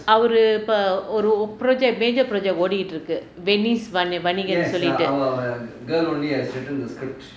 அவரு இப்ப ஒரு:avaru ippa oru project major project ஓடிட்டு இருக்கு:odittu irukku சொல்லிட்டு:sollittu